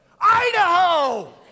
Idaho